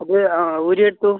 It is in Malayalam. അത് ആ ഊരി എടുത്തു